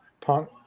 punk